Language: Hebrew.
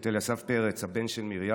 ואת אליסף פרץ, הבן של מרים,